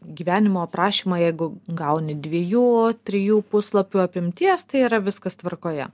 gyvenimo aprašymą jeigu gauni dviejų trijų puslapių apimties tai yra viskas tvarkoje